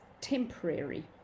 temporary